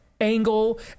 angle